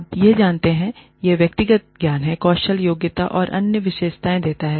आप यह जानते हैं यह व्यक्तिगत ज्ञान कौशल योग्यता और अन्य विशेषताएँ देता है